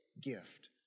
gift